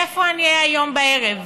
איפה אהיה היום בערב?